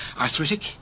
Arthritic